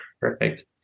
Perfect